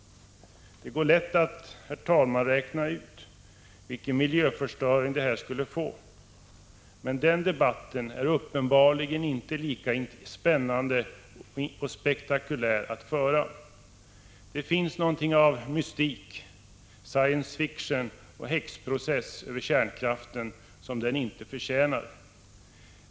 Det går lätt att räkna ut vilken miljöförstöring detta skulle leda till. Men den debatten är uppenbarligen inte lika spännande och spektakulär att föra. Det finns någonting av mystik, science fiction och häxprocess över kärnkraften som den inte förtjänar.